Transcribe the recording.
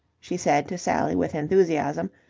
she said to sally with enthusiasm,